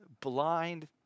blind